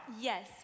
Yes